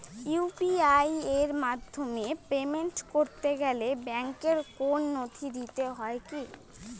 UPI এর মাধ্যমে payment করতে গেলে ব্যাংকের কোন নথি দিতে হয় কি?